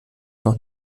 noch